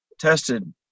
tested